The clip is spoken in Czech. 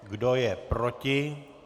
Kdo je proti?